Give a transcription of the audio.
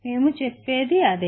మేము చెప్పినది అదే